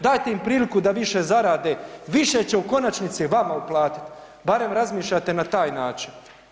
Dajte im priliku da više zarade, više će u konačnici vama uplatiti, barem razmišljajte na taj način.